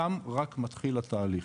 שם רק מתחיל התהליך.